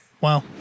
wow